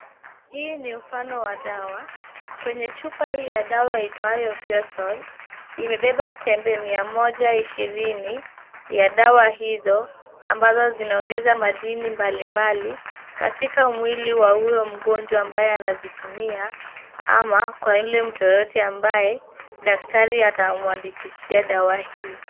Hii ni mfano wa dawa. Kwenye chupa hii ya dawa iitwayo Feosol, imebeba tembe mia moja ishirini ya dawa hizo ambazo zinaongeza madini mbalimbali katika mwili wa huyo mgonjwa ambaye anazitumia, ama kwa yule mtu yeyote ambaye daktari atamwandikishia dawa hii.